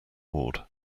ward